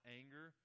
anger